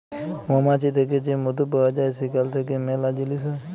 মমাছি থ্যাকে যে মধু পাউয়া যায় সেখাল থ্যাইকে ম্যালা জিলিস হ্যয়